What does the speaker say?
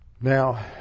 Now